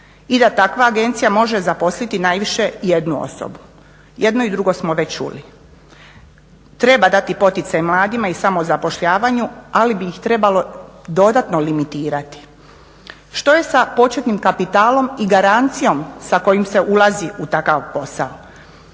i da takva agencija može zaposliti najviše jednu osobu. Jedno i drugo smo već čuli. Treba dati poticaj mladima i samozapošljavanju ali bi ih trebalo dodatno limitirati. Što je s početnim kapitalom i garancijom sa kojom se ulazi u takav posao,